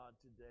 today